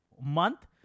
month